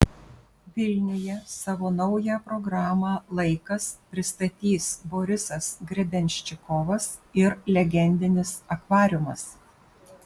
vilniuje savo naują programą laikas pristatys borisas grebenščikovas ir legendinis akvariumas